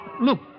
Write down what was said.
look